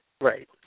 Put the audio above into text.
Right